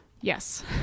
Yes